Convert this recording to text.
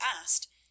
asked